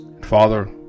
Father